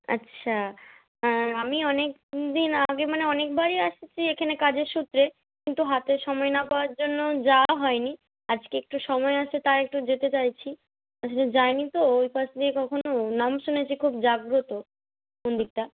আচ্ছা আমি অনেক দিন আগে মানে অনেক বারই আসছি এখেনে কাজের সূত্রে কিন্তু হাতে সময় না পাওয়ার জন্য যাওয়া হয়নি আজকে একটু সময় আছে তাই একটু যেতে চাইছি আসলে যাই নি তো ওই পাশ দিয়ে কখনও নাম শুনেছি খুব জাগ্রত মন্দিরটা